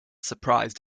surprised